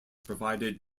provided